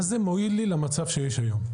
מה זה מועיל לי למצב שיש היום?